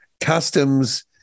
customs